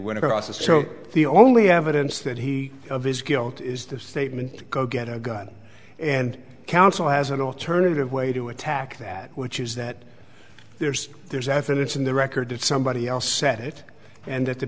went across the so the only evidence that he of his guilt is the statement go get a gun and counsel has an alternative way to attack that which is that there's there's evidence in the record that somebody else said it and that the